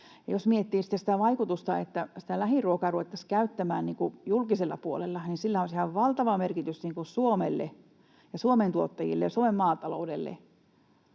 sitten sitä vaikutusta, kun lähiruokaa ruvettaisiin käyttämään julkisella puolella, niin sillähän olisi ihan valtava merkitys Suomelle ja Suomen tuottajille ja Suomen maataloudelle.